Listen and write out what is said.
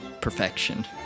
perfection